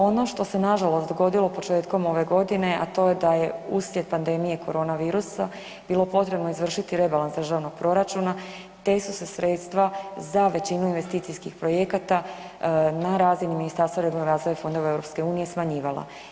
Ono što se nažalost dogodilo početkom ove godine, a to je da je uslijed pandemije korona virusa bilo potrebno izvršiti rebalans državnog proračuna te su se sredstva za većinu investicijskih projekata na razini Ministarstva regionalnog razvoja i fondova EU smanjivala.